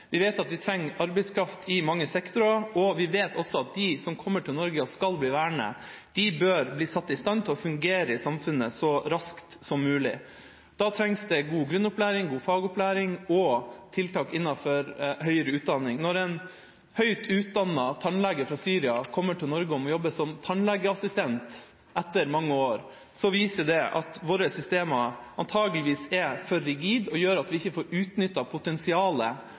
Vi vet at vi trenger arbeidskraft i mange sektorer, og vi vet også at de som kommer til Norge og skal bli værende, bør bli satt i stand til å fungere i samfunnet så raskt som mulig. Da trengs det god grunnopplæring, god fagopplæring og tiltak innenfor høyere utdanning. Når en høyt utdannet tannlege fra Syria kommer til Norge og må jobbe som tannlegeassistent etter mange år, viser det at våre systemer antageligvis er for rigide og gjør at vi ikke får utnyttet potensialet